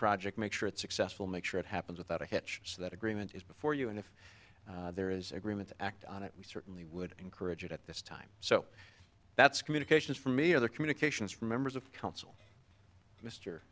project make sure it's successful make sure it happens without a hitch so that agreement is before you and if there is agreement to act on it we certainly would encourage it at this time so that's communications for me other communications from members of council m